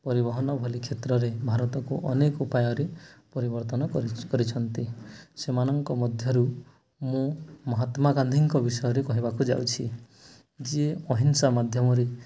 ପରିବହନ ଭଳି କ୍ଷେତ୍ରରେ ଭାରତକୁ ଅନେକ ଉପାୟରେ ପରିବର୍ତ୍ତନ କରି କରିଛନ୍ତି ସେମାନଙ୍କ ମଧ୍ୟରୁ ମୁଁ ମହାତ୍ମା ଗାନ୍ଧୀଙ୍କ ବିଷୟରେ କହିବାକୁ ଯାଉଛି ଯିଏ ଅହିଂସା ମାଧ୍ୟମରେ